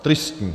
Tristní!